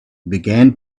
began